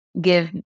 give